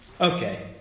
Okay